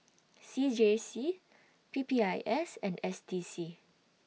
C J C P P I S and S D C